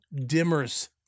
dimmers